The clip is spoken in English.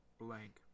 blank